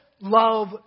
love